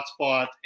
Hotspot